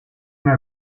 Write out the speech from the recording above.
una